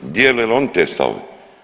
Dijele li oni te stavove?